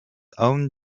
own